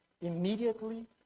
immediately